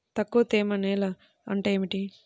తక్కువ తేమ నేల అంటే ఏమిటి?